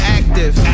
active